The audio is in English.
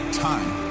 time